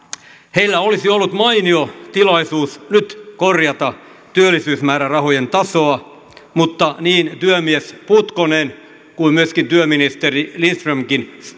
heillä olisi ollut mainio tilaisuus nyt korjata työllisyysmäärärahojen tasoa mutta niin työmies putkonen kuin myöskin työministeri lindström